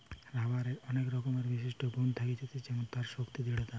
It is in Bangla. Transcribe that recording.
রাবারের অনেক রকমের বিশিষ্ট গুন থাকতিছে যেমন তার শক্তি, দৃঢ়তা